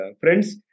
friends